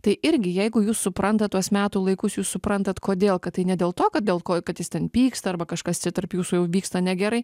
tai irgi jeigu jūs suprantat tuos metų laikus jūs suprantat kodėl kad tai ne dėl to kad dėl ko kad jis ten pyksta arba kažkas čia tarp jūsų jau vyksta negerai